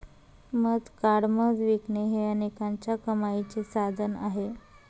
मध काढून मध विकणे हे अनेकांच्या कमाईचे साधन आहे